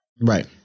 Right